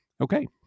Okay